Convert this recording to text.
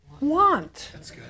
want